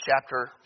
chapter